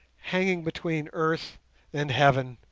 hanging between earth and heaven,